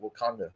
wakanda